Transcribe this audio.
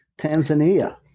Tanzania